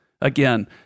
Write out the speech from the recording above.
Again